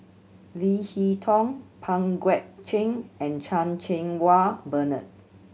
Leo Hee Tong Pang Guek Cheng and Chan Cheng Wah Bernard